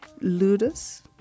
Ludus